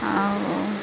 ଆଉ